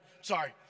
Sorry